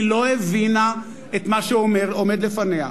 היא לא הבינה את מה שעומד לפניה.